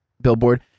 billboard